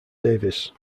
davis